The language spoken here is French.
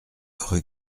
rue